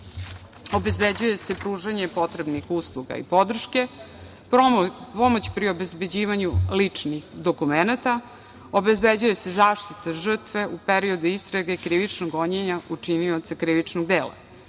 obezbeđuje se pružanje potrebnih usluga i podrške, pomoć pri obezbeđivanju ličnih dokumenata, obezbeđuje se zaštita žrtve u periodu istrage krivičnog gonjenja počinioca krivičnog dela,